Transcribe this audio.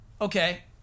okay